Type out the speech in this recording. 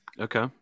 Okay